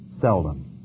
Seldom